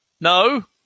No